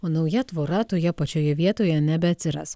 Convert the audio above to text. o nauja tvora toje pačioje vietoje nebeatsiras